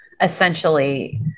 essentially